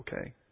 okay